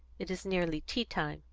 it is nearly tea-time.